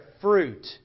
fruit